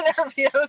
interviews